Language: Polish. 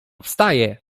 wstaje